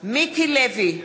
מיקי לוי,